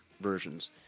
versions